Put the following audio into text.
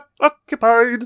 Occupied